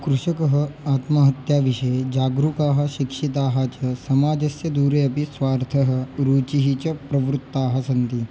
कृषकाः आत्महत्याविषये जागृकाः शिक्षिताः च समाजस्य दूरे अपि स्वार्थः रूचिः च प्रवृत्ताः सन्ति